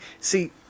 see